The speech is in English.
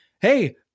hey